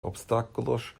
obstáculos